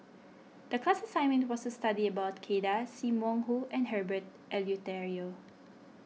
the class assignment was to study about Kay Das Sim Wong Hoo and Herbert Eleuterio